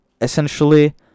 essentially